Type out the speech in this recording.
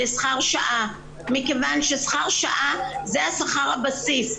לשכר שעה מכיוון ששכר שעה זה שכר הבסיס.